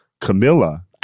Camilla